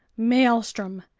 maelstrom!